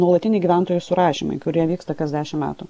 nuolatiniai gyventojų surašymai kurie vyksta kas dešim metų